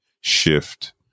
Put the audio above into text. shift